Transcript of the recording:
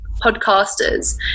podcasters